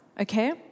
okay